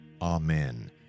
Amen